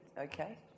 Okay